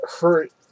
hurt